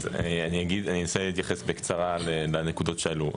אני אנסה להתייחס בקצרה לנקודות שעלו.